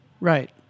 Right